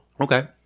Okay